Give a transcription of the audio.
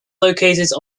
located